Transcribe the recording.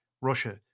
Russia